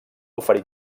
oferir